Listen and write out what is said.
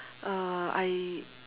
uh I